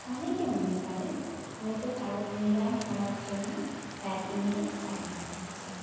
অনেকে মনে করেন হয়তো কারো মিলন হওয়ার জন্য তার ইঙ্গিত তাকে দেখাচ্ছে